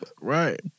right